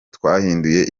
twahinduye